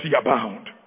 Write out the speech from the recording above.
abound